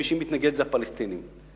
מי שמתנגד זה הפלסטינים.